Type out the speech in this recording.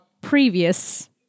previous